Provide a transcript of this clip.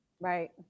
Right